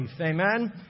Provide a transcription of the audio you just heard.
Amen